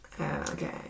Okay